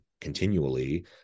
continually